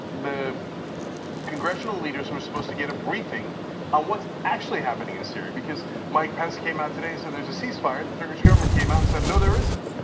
the congressional leaders were supposed to get a briefing on what's actually happening in syria. because mike pence came out today so there's a ceasefire, the turkish government came out and said no there isn't,